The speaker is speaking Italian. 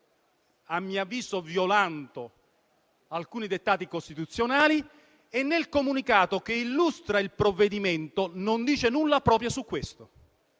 a mio avviso - violando alcuni dettati costituzionali, e nel comunicato che illustra il provvedimento non dice nulla proprio su questo.